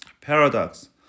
Paradox